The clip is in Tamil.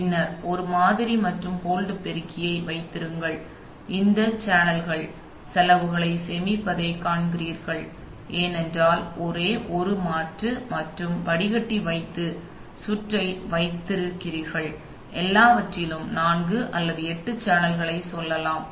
பின்னர் ஒரு மாதிரி மற்றும் ஹோல்டு பெருக்கியை வைத்திருங்கள் இந்த சேனல்கள் செலவுகளைச் சேமிப்பதைக் காண்கிறீர்கள் ஏனென்றால் ஒரே ஒரு மாற்று மற்றும் வடிகட்டி வைத்து சுற்றை வைத்திருக்கிறீர்கள் எல்லாவற்றிற்கும் நான்கு அல்லது எட்டு சேனல்களைச் சொல்லலாம்